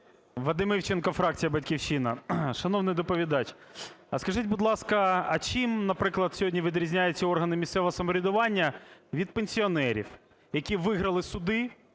Вадим Івченко, фракція "Батьківщина". Шановний доповідач, скажіть, будь ласка, а чим, наприклад, сьогодні відрізняються органи місцевого самоврядування від пенсіонерів, які виграли суди